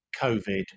Covid